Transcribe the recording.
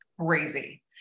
crazy